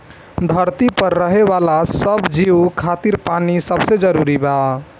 धरती पर रहे वाला सब जीव खातिर पानी सबसे जरूरी बा